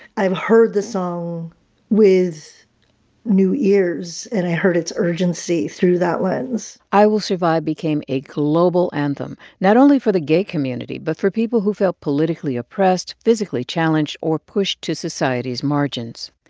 i heard the song with new ears. and i heard its urgency through that lens i will survive became a global anthem, not only for the gay community, but for people who felt politically oppressed, physically challenged or pushed to society's margins.